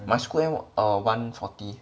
my school end w~ uh one forty